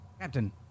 Captain